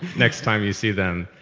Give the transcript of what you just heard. next time you see them.